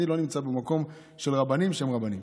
אני לא נמצא במקום של רבנים שהם רבנים.